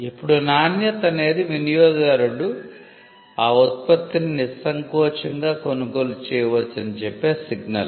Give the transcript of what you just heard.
ఇప్పుడు నాణ్యత అనేది వినియోగదారుడు ఆ ఉత్పత్తిని నిస్సంకోచంగా కొనుగోలు చేయవచ్చని చెప్పే సిగ్నల్